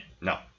No